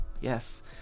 yes